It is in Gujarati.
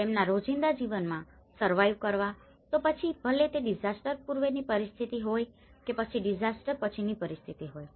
તેમના રોજિંદા જીવનમાં સર્વાઈવ કરવા તો પછી ભલે તે ડીઝાસ્ટર પૂર્વેની પરિસ્થિતિ હોય કે પછી ડીઝાસ્ટર પછીની પરિસ્થિતિ હોય